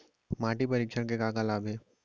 माटी परीक्षण के का का लाभ हे?